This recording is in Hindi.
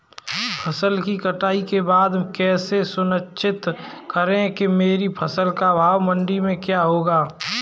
फसल की कटाई के बाद कैसे सुनिश्चित करें कि मेरी फसल का भाव मंडी में क्या होगा?